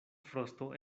frosto